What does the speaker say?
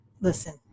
listen